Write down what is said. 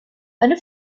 eine